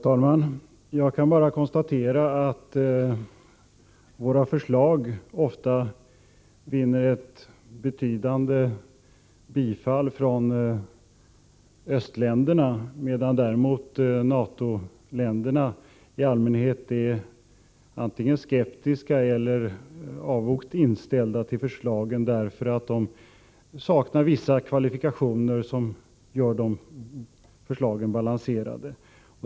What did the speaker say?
Herr talman! Jag kan bara konstatera att våra förslag ofta vinner ett betydande bifall från östländerna, medan däremot NATO-länderna i allmänhet är antingen skeptiska eller avogt inställda till förslagen därför att dessa saknar vissa kvalifikationer som gör dem balanserade.